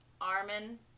Armin